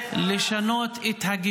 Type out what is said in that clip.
תגנה את חמאס.